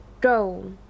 go